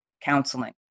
counseling